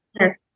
Yes